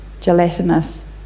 gelatinous